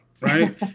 right